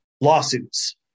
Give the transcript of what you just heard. lawsuits